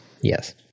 Yes